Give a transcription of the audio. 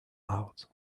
out